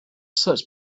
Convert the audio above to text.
such